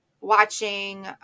watching